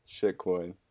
Shitcoin